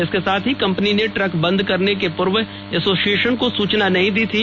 इसक साथ ही कंपनी ने ट्रक बंद करने के पूर्व एसोसिएशन को सुचना नहीं दी थी